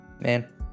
Man